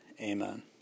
Amen